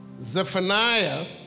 Zephaniah